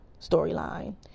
storyline